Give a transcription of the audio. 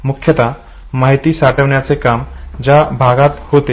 मुख्यता माहिती साठविण्याचे काम या भागात होते